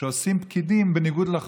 שעושים פקידים בניגוד לחוק,